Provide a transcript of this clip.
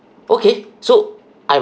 okay so I